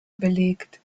belegt